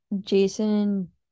Jason